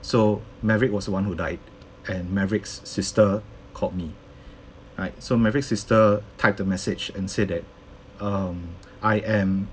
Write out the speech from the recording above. so maverick was one who died and maverick's sister called me right so maverick's sister typed a message and said that um I am